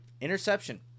interception